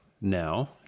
now